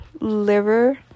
liver